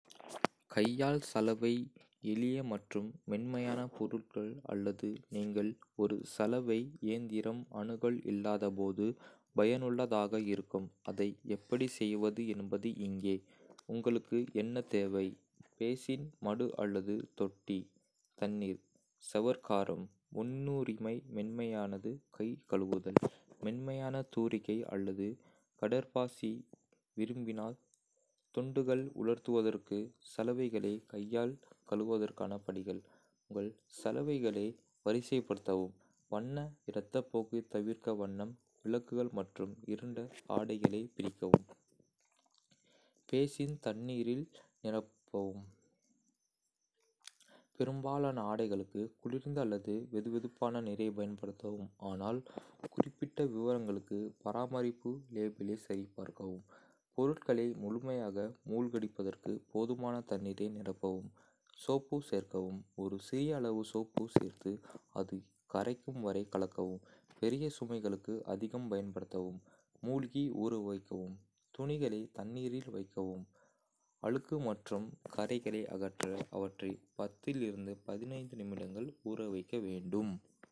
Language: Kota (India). கையால் சலவை சலவை எளிய மற்றும் மென்மையான பொருட்கள் அல்லது நீங்கள் ஒரு சலவை இயந்திரம் அணுகல் இல்லாத போது பயனுள்ளதாக இருக்கும். அதை எப்படி செய்வது என்பது இங்கே உங்களுக்கு என்ன தேவை. பேசின், மடு அல்லது தொட்டி. தண்ணீர். சவர்க்காரம் (முன்னுரிமை மென்மையானது கை கழுவுதல். மென்மையான தூரிகை அல்லது கடற்பாசி விரும்பினால். துண்டுகள் உலர்த்துவதற்கு. சலவைகளை கையால் கழுவுவதற்கான படிகள். உங்கள் சலவைகளை வரிசைப்படுத்தவும். வண்ண இரத்தப்போக்கு தவிர்க்க வண்ணம் விளக்குகள் மற்றும் இருண்ட ஆடைகளை பிரிக்கவும். பேசின் தண்ணீரில் நிரப்பவும். பெரும்பாலான ஆடைகளுக்கு குளிர்ந்த அல்லது வெதுவெதுப்பான நீரைப் பயன்படுத்தவும், ஆனால் குறிப்பிட்ட விவரங்களுக்கு பராமரிப்பு லேபிளைச் சரிபார்க்கவும். பொருட்களை முழுமையாக மூழ்கடிப்பதற்கு போதுமான தண்ணீரை நிரப்பவும். சோப்பு சேர்க்கவும். ஒரு சிறிய அளவு சோப்பு சேர்த்து, அது கரைக்கும் வரை கலக்கவும். பெரிய சுமைகளுக்கு அதிகம் பயன்படுத்தவும். மூழ்கி ஊறவைக்கவும். துணிகளை தண்ணீரில் வைக்கவும். அழுக்கு மற்றும் கறைகளை அகற்ற அவற்றை 10-15 நிமிடங்கள் ஊற வைக்கவும்.